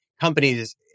companies